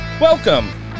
Welcome